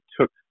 took